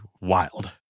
wild